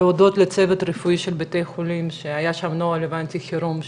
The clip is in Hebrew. ולהודות לצוות הרפואי של בתי החולים שהיה שם נוהל חירום,